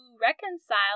reconcile